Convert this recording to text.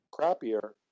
crappier